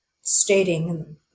stating